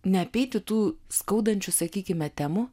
neapeiti tų skaudančių sakykime temų